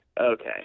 okay